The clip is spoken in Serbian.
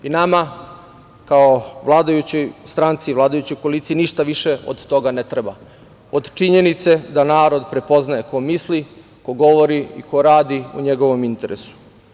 Nama kao vladajućoj stranci, vladajućoj koaliciji ništa više od toga i ne treba, od činjenice da narod prepoznaje ko misli, ko govori i ko radi u njegovom interesu.